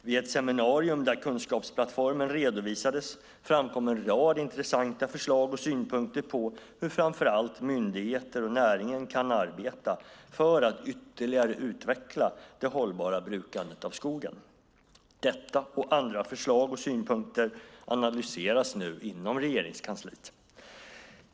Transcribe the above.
Vid ett seminarium där kunskapsplattformen redovisades framkom en rad intressanta förslag och synpunkter på hur framför allt myndigheter och näringen kan arbeta för att ytterligare utveckla det hållbara brukandet av skogen. Detta och andra förslag och synpunkter analyseras nu inom Regeringskansliet.